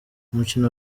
umukino